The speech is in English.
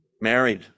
married